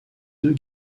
deux